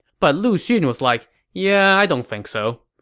but lu xun was like, yeah i don't think so.